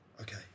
Okay